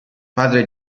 padre